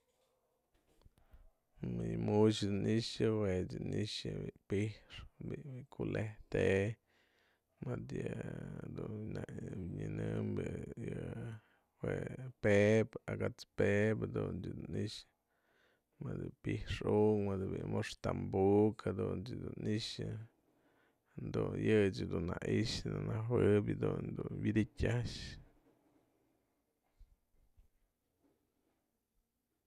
Më yë mu'uxë i'ixän jue yë ni'ixë yë pi'ixë, bi'i kule'ejte, mëdë yë dun nak nyanëbyë yë jue pe'ep, aka'at's pe'ep, dun jadun i'ixë, mëdë pi'ixë unkë, mëdë mo'oxtambu'uk jadun dun ni'ixë du yë dun na i'ixä nanëjuëbë jadun dun wi'idityë a'ax.